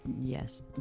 Yes